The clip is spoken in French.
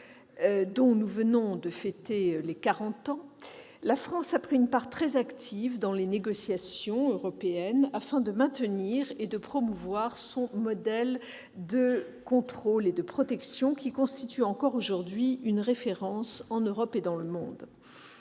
dont nous venons de fêter les quarante ans, la France a pris une part très active dans les négociations européennes, afin de maintenir et de promouvoir son modèle de contrôle et de protection qui constitue encore aujourd'hui une référence en Europe et dans le monde.